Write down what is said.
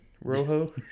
Rojo